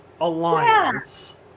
Alliance